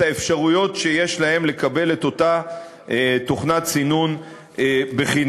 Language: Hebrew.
האפשרויות שיש להם לקבל את אותה תוכנת סינון חינם.